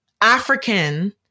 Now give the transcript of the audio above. African